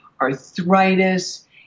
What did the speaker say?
arthritis